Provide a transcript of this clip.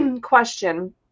question